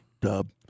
Dub